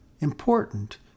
important